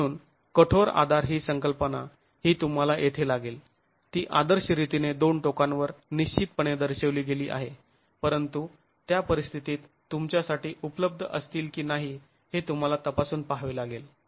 म्हणून कठोर आधार ही संकल्पना ही तुम्हाला येथे लागेल ती आदर्श रीतीने दोन टोकांवर निश्चितपणे दर्शविली गेली आहे परंतु त्या परिस्थितीत तुमच्यासाठी उपलब्ध असतील की नाही हे तुम्हाला तपासून पाहावे लागेल